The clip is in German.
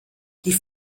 die